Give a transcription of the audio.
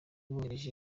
bohereje